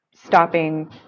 stopping